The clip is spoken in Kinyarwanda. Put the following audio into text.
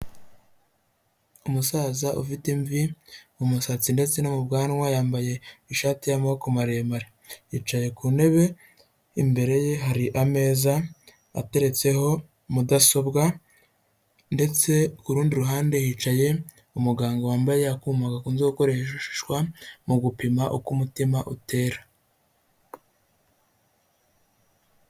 Umusaza ufite imvi mu musatsi ndetse no mu bwanwa yambaye ishati y'amaboko maremare, yicaye ku ntebe imbere ye hari ameza ateretseho mudasobwa ndetse ku rundi ruhande hicaye umuganga wambaye akuma gakunze gukoreshwa mu gupima uko umutima utera.